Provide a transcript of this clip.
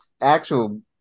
actual